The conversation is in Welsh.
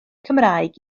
cymraeg